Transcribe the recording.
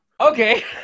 Okay